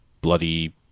bloody